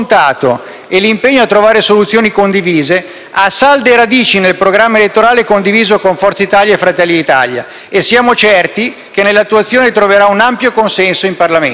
e l'impegno a trovare soluzioni condivise, ha salde radici nel programma elettorale condiviso con Forza Italia e Fratelli d'Italia che siamo certi nella sua attuazione troverà un ampio consenso in Parlamento.